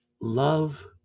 love